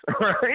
right